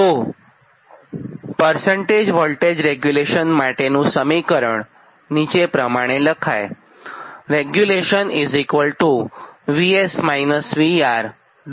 તો percentage voltage regulation માટેનું સમીકરણ નીચે પ્રમાણે લખાય